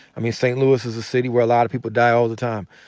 i mean st louis is a city where a lot of people die all the time.